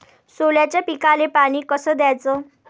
सोल्याच्या पिकाले पानी कस द्याचं?